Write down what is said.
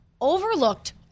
overlooked